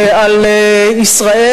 על ישראל,